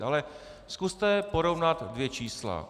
Ale zkuste porovnat dvě čísla.